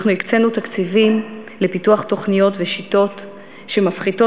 הקצינו תקציבים לפיתוח תוכניות ושיטות שמפחיתות